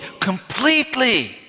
completely